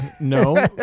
No